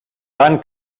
van